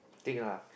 think lah